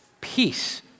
Peace